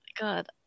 God